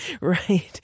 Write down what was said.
Right